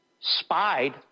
spied